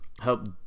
help